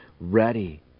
ready